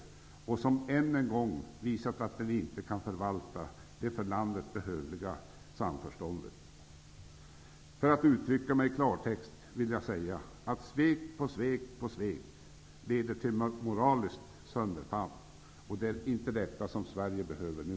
Regeringen visar än en gång att den inte kan förvalta det för landet behövliga samförståndet. För att uttrycka mig i klartext vill jag säga att svek på svek leder till moraliskt sönderfall. Det är inte vad Sverige behöver nu.